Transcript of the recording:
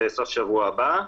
בסוף שבוע הבא.